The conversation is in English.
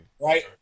right